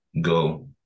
go